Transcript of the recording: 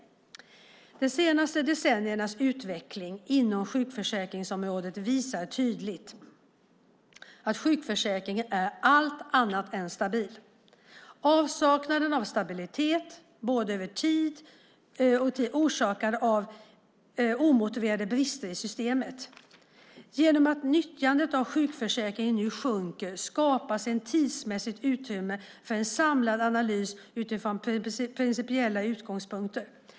De senaste decenniernas utveckling inom sjukförsäkringsområdet visar tydligt att sjukförsäkringen är allt annat än stabil. Avsaknaden av stabilitet både över och i tiden orsakas av i sak omotiverade brister i systemet. Genom att utnyttjandet av sjukförsäkringen nu sjunker skapas ett tidsmässigt utrymme för en samlad analys utifrån principiella utgångspunkter.